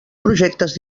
projectes